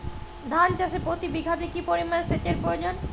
ধান চাষে প্রতি বিঘাতে কি পরিমান সেচের প্রয়োজন?